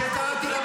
נא לצאת.